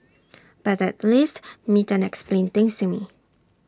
but at least meet and explain things to me